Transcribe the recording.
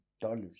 dollars